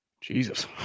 Jesus